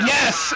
Yes